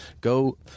Go